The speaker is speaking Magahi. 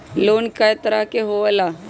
लोन कय तरह के होला?